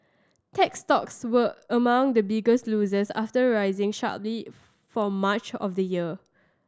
tech stocks were among the biggest losers after rising sharply for much of the year